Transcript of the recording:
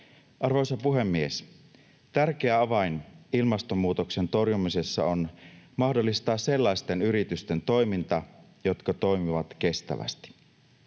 Arvoisa puhemies! Tärkeä avain ilmastonmuutoksen torjumisessa on mahdollistaa sellaisten yritysten toiminta, jotka toimivat kestävästi.